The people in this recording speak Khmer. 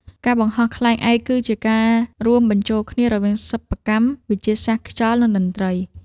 ការបង្ហោះខ្លែងឯកគឺជាការរួមបញ្ចូលគ្នារវាងសិប្បកម្ម វិទ្យាសាស្ត្រខ្យល់ និងតន្ត្រី។